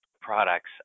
products